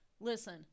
Listen